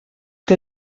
que